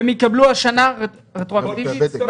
והן יקבלו רטרואקטיבית השנה?